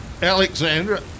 Alexandra